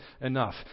enough